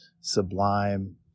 sublime